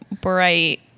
bright